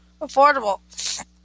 Affordable